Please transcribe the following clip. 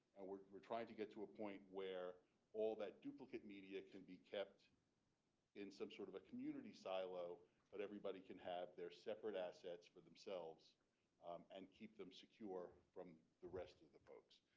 we're we're trying to get to a point where all that duplicate media can be kept in some sort of a community silo but everybody can have their separate assets with themselves and keep them secure from the rest of the folks.